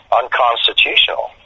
unconstitutional